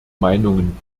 meinungen